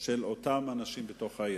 של אותם אנשים בתוך העיר.